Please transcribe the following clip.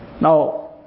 Now